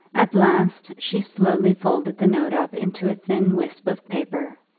at last she slowly folded the note up into a thin wisp of paper,